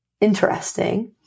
interesting